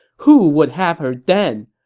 who would have her then?